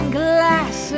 glass